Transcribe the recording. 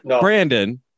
Brandon